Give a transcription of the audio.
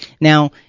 Now